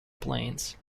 plains